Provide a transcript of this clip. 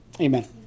Amen